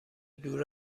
دور